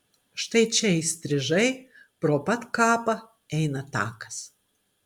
štai čia įstrižai pro pat kapą eina takas